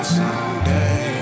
someday